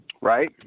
Right